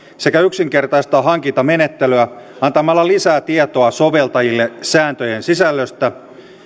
sekä yksinkertaistaa hankintamenettelyä antamalla lisää tietoa soveltajille sääntöjen sisällöstä